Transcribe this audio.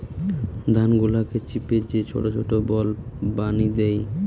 ধান গুলাকে চিপে যে ছোট ছোট বল বানি দ্যায়